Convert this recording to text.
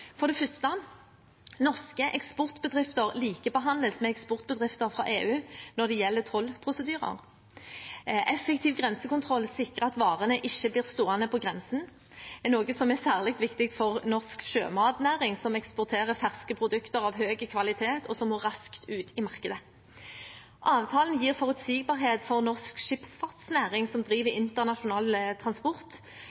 For det første likebehandles norske eksportbedrifter med eksportbedrifter fra EU når det gjelder tollprosedyrer. Effektiv grensekontroll sikrer at varene ikke blir stående på grensen, noe som er særlig viktig for norsk sjømatnæring, som eksporterer ferske produkter av høy kvalitet, og som må raskt ut i markedet. Avtalen gir forutsigbarhet for norsk skipsfartsnæring, som driver